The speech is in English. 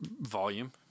Volume